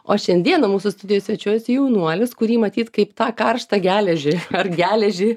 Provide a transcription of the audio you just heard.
o šiandieną mūsų studijoj svečiuojasi jaunuolis kurį matyt kaip tą karštą geležį ar geležį